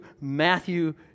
Matthew